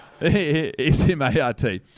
S-M-A-R-T